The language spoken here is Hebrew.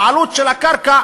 הבעלות של הקרקע